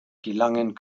gelangen